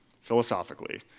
philosophically